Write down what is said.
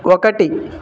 ఒకటి